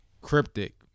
Cryptic